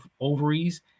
ovaries